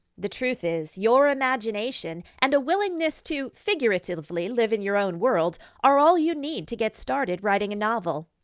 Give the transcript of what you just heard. the truth is your imagination and a willingness to, figuratively, live in your own world are all you need to get started writing a novel.